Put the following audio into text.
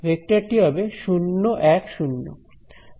vector টি হবে 010